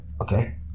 Okay